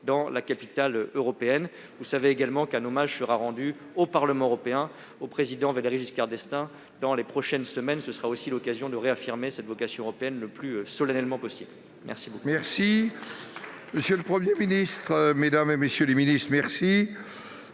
de capitale européenne. Vous savez également qu'un hommage sera rendu au Parlement européen au président Valéry Giscard d'Estaing dans les prochaines semaines. Ce sera l'occasion de réaffirmer cette vocation européenne le plus solennellement possible. Nous